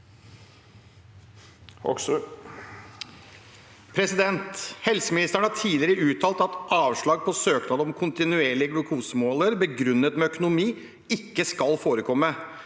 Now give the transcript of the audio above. omsorgs- ministeren har tidligere uttalt at avslag på søknad om kontinuerlig glukosemåler begrunnet med økonomi ikke skal forekomme.